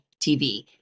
TV